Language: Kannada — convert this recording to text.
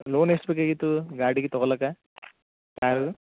ಲೋನ್ ಎಷ್ಟು ಬೇಕಾಗಿತ್ತು ಗಾಡಿಗೆ ತಗೊಲಕ ಯಾರು